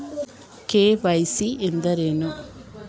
KYC ಎಂದರೇನು?